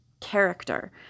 character